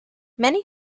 many